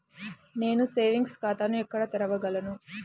నేను సేవింగ్స్ ఖాతాను ఎక్కడ తెరవగలను?